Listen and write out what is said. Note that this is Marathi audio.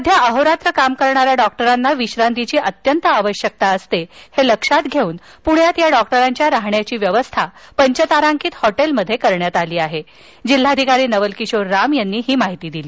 सध्या अहोरात्र काम करणा या डॉक्टरांना विश्रांतीची अत्यंत आवश्यकता असते हे लक्षात घेवून पुण्यात या डॉक्टरांच्या राहण्याची व्यवस्था पंचतारांकित हॉटेलमध्ये करण्यात आली आहे असं जिल्हाधिकारी नवलकिशोर राम यांनी सांगितलं